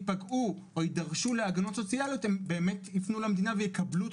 ייפגעו או יידרשו להגנות סוציאליות הם יפנו למדינה ויקבלו את